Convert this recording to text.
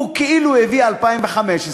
הוא כאילו הביא 2015,